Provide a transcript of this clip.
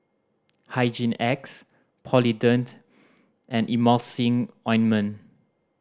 Hygin X Polident and Emulsying Ointment